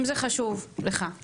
אם זה חשוב לך,